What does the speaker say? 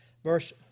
Verse